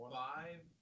five